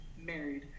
married